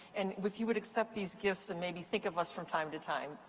and if you would accept these gifts and maybe think of us from time to time,